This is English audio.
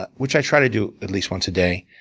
but which i try to do at least once a day,